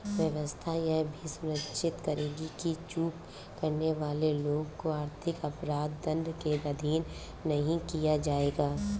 व्यवस्था यह भी सुनिश्चित करेगी कि चूक करने वाले लोगों को आर्थिक अपराध दंड के अधीन नहीं किया जाएगा